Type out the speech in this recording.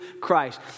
Christ